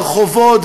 ברחובות,